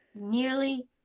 nearly